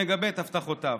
שמגבה את הבטחותיו.